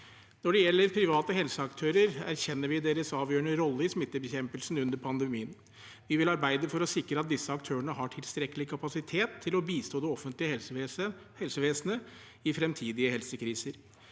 Når det gjelder private helseaktører, erkjenner vi deres avgjørende rolle i smittebekjempelsen under pandemien. Vi vil arbeide for å sikre at disse aktørene har tilstrekkelig kapasitet til å bistå det offentlige helsevesenet i fremtidige helsekriser.